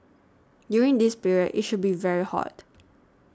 during this period it should be very hot